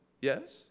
yes